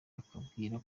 akubwira